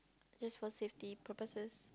just for safety purposes